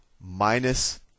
minus